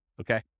Okay